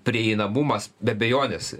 prieinamumas be abejonės